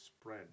spread